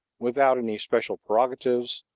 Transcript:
without any special prerogatives,